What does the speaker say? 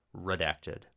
redacted